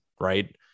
Right